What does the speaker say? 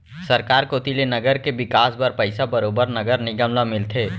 सरकार कोती ले नगर के बिकास बर पइसा बरोबर नगर निगम ल मिलथे